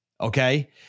okay